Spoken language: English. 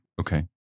Okay